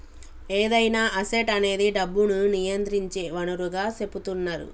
ఏదైనా అసెట్ అనేది డబ్బును నియంత్రించే వనరుగా సెపుతున్నరు